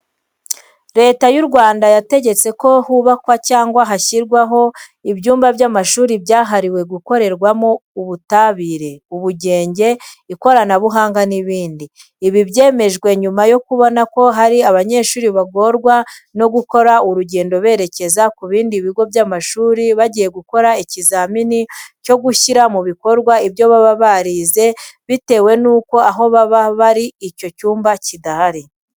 Leta y'u Rwanda yategetse ko hubakwa cyangwa hashyirwaho ibyumba by'amashuri byahariwe gukorerwamo ubutabire, ubugenge, ikoranabuhanga n'ibindi. Ibi byemejwe nyuma yo kubona ko hari abanyeshuri bagorwa no gukora urugendo berekeza ku bindi bigo by'amashuri bagiye gukora ikizamini cyo gushyira mu bikorwa ibyo baba birize bitewe nuko aho baba bari icyo cyumba kidahari.